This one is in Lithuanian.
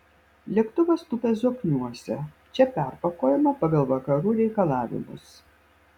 lėktuvas tupia zokniuose čia perpakuojama pagal vakarų reikalavimus